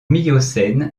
miocène